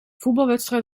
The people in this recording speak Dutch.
voetbalwedstrijd